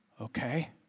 okay